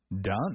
done